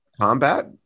Combat